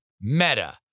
meta